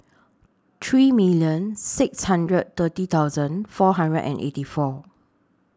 three million six hundred thirty thousand four hundred and eighty four